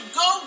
go